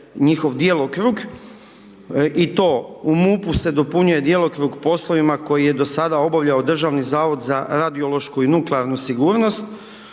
njihov djelokrug, i to u MUP-u se dopunjuje djelokrug poslovima koji je do sada obavljao Državni zavod za radiološku i nuklearnu sigurnost,